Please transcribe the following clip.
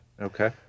Okay